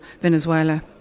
Venezuela